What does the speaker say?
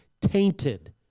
tainted